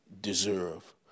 deserve